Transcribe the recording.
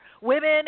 women